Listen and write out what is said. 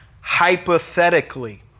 hypothetically